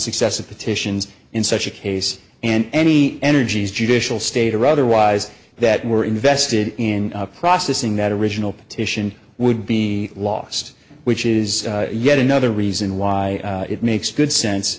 successive petitions in such a case and any energies judicial state or otherwise that were invested in processing that original petition would be lost which is yet another reason why it makes good sense